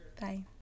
Bye